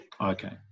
Okay